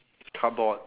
cardboard